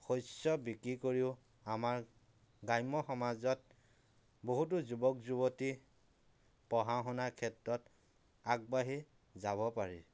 শস্য় বিক্ৰী কৰিও আমাৰ গ্ৰাম্য় সমাজত বহুতো যুৱক যুৱতী পঢ়া শুনাৰ ক্ষেত্ৰত আগবাঢ়ি যাব পাৰি